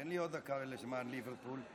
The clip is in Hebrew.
תן לי עוד דקה לזמן ליברפול.